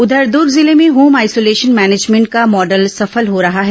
इधर दूर्ग जिले में होम आइसोलेशन मैनेजमेंट का मॉडल सफल हो रहा है